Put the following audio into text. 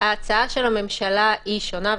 ההצעה של הממשלה שונה,